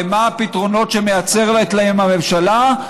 ומה הפתרונות שמייצרת להם הממשלה?